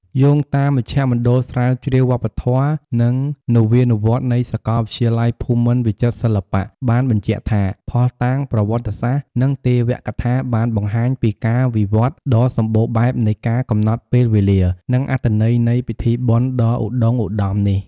យោងតាមមជ្ឈមណ្ឌលស្រាវជ្រាវវប្បធម៌ និងនវានុវត្តន៍នៃសាកលវិទ្យាល័យភូមិន្ទវិចិត្រសិល្បៈ បានបញ្ជាក់ថា ភស្តុតាងប្រវត្តិសាស្ត្រ និងទេវកថាបានបង្ហាញពីការវិវត្តន៍ដ៏សម្បូរបែបនៃការកំណត់ពេលវេលា និងអត្ថន័យនៃពិធីបុណ្យដ៏ឧត្តុង្គឧត្តមនេះ។